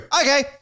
Okay